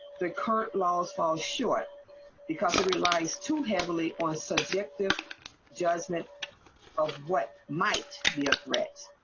the current last fall short because it relies too heavily on subjective judgment of what might be a threat.